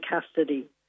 Custody